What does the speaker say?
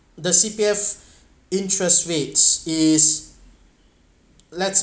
the C_P_F interest rates is let's